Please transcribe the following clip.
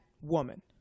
woman